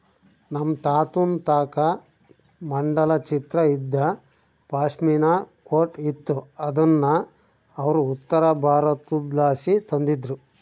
ನಮ್ ತಾತುನ್ ತಾಕ ಮಂಡಲ ಚಿತ್ರ ಇದ್ದ ಪಾಶ್ಮಿನಾ ಕೋಟ್ ಇತ್ತು ಅದುನ್ನ ಅವ್ರು ಉತ್ತರಬಾರತುದ್ಲಾಸಿ ತಂದಿದ್ರು